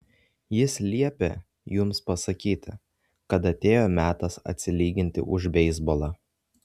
jis liepė jums pasakyti kad atėjo metas atsilyginti už beisbolą